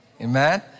Amen